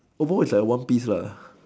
almost is like one piece lah